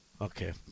Okay